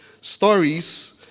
stories